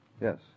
Yes